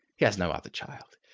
he has no other child.